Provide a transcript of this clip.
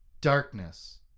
darkness